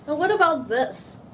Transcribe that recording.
but what about this?